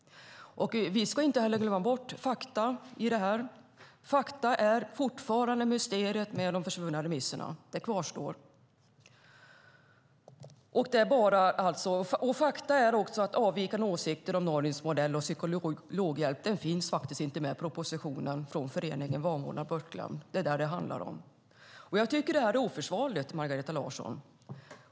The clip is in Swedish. Vi ska inte heller glömma bort fakta i det här. Fakta är fortfarande mysteriet med de försvunna remisserna. Det kvarstår. Fakta är också att avvikande åsikter från föreningen Vanvårdad och bortglömd om Norges modell med psykologhjälp inte finns med i propositionen. Det är vad det handlar om. Jag tycker att det här är oförsvarligt, Maria Larsson.